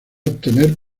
obtener